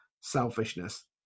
selfishness